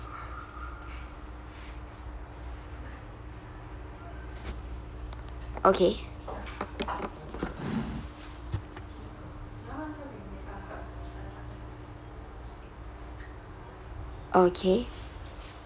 okay okay